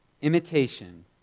Imitation